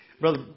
Brother